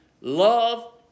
love